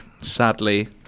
sadly